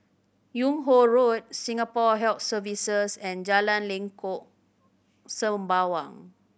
Yung Ho Road Singapore Health Services and Jalan Lengkok Sembawang